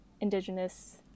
indigenous